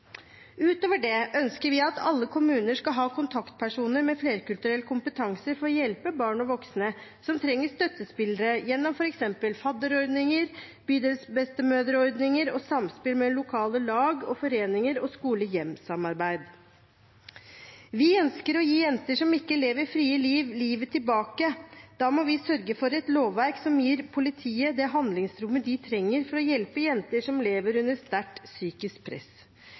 Utover det ønsker vi at alle kommuner skal ha kontaktpersoner med flerkulturell kompetanse for å hjelpe barn og voksne som trenger støttespillere gjennom f.eks. fadderordninger, bydelsbestemødreordninger, samspill med lokale lag og foreninger og skole–hjem-samarbeid. Vi ønsker å gi jenter som ikke lever et fritt liv, livet tilbake. Da må vi sørge for et lovverk som gir politiet det handlingsrommet de trenger for å hjelpe jenter som lever under sterkt psykisk press.